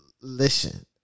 Listen